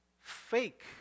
fake